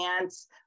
ants